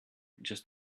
just